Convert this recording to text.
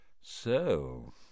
So